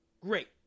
Great